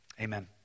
amen